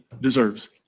deserves